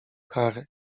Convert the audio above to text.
karę